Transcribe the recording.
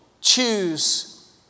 choose